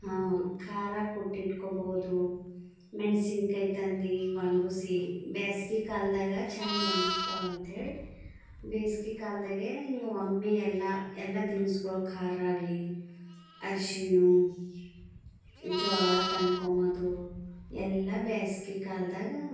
ಹಾಂ ಖಾರ ಕುಟ್ಟಿ ಇಟ್ಕೊಬೌದು ಮೆಣ್ಸಿನ್ ಕಾಯ್ ತಂದಿ ಒಣ್ಗುಸಿ ಬ್ಯಾಸ್ಕಿ ಕಾಲ್ದಾಗ ಛಂದ್ ಒಣಗ್ತವ್ ಅಂತೇಳಿ ಬೇಸ್ಕಿ ಕಾಲ್ದಾಗೆ ಇಂಗ್ ಒಮ್ಮೆ ಎಲ್ಲ ಎಲ್ಲ ದಿನ್ಸುಗುಳ್ ಖಾರ ಆಗ್ಲಿ ಅರ್ಶಿಣು ಜ್ವಾಳ ತನ್ಕೊಮದು ಎಲ್ಲ ಬ್ಯಾಸ್ಕಿ ಕಾಲ್ದಾಗ